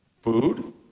Food